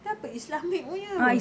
itu apa islamic punya apa